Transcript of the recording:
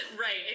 Right